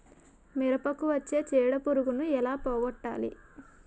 మిరపకు వచ్చే చిడపురుగును ఏల పోగొట్టాలి?